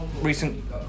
Recent